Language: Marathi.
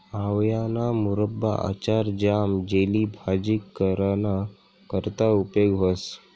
आवयाना मुरब्बा, आचार, ज्याम, जेली, भाजी कराना करता उपेग व्हस